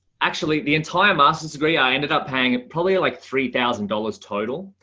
actually the entire master's degree i ended up paying ah probably like three thousand dollars total.